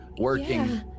working